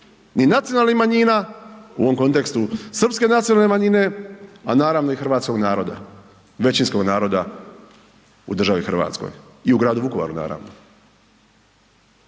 ni nacionalnih manjina u ovom kontekstu srpske nacionalne manjine, a naravno i hrvatskog naroda, većinskog naroda u državi Hrvatskoj i u gradu Vukovaru naravno.